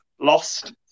lost